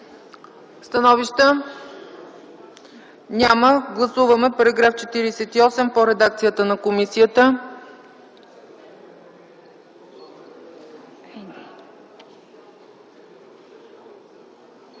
Становища? Няма. Гласуваме § 48 по редакцията на комисията.